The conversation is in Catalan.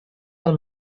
del